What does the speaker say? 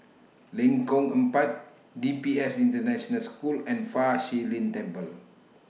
Lengkong Empat D P S International School and Fa Shi Lin Temple